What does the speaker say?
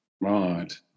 Right